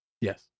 Yes